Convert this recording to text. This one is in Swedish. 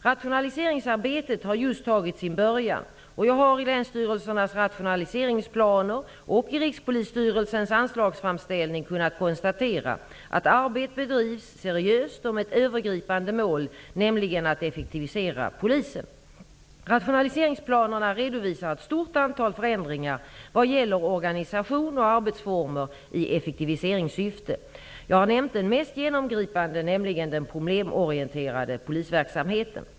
Rationaliseringsarbetet har just tagit sin början, och jag har i länsstyrelsernas rationaliseringsplaner och i Rikspolisstyrelsens anslagsframställning kunnat konstatera att arbetet bedrivs seriöst och med ett övergripande mål, nämligen att effektivisera polisen. Rationaliseringsplanerna redovisar ett stort antal förändringar vad gäller organisation och arbetsformer i effektiviseringssyfte. Jag har nämnt den mest genomgripande, nämligen den problemorienterade polisverksamheten.